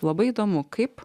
labai įdomu kaip